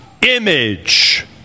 image